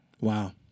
Wow